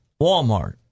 walmart